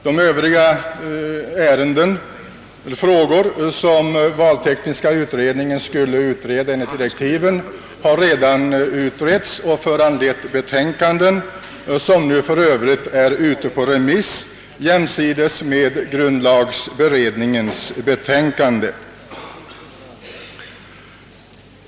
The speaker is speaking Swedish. De övriga frågor, som valtekniska utredningen enligt direktiven skulle utreda, har redan behandlats och föranlett betänkanden, som nu är ute på remiss jämsides med grundlagberedningens betänkande.